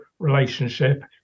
relationship